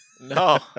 No